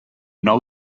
nou